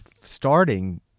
starting